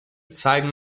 zeigen